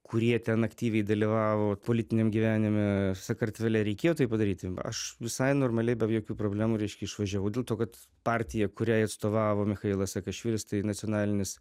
kurie ten aktyviai dalyvavo politiniam gyvenime sakartvele reikėjo tai padaryti aš visai normaliai be jokių problemų reiškia išvažiavau dėl to kad partija kuriai atstovavo michailas sakašvilis tai nacionalinis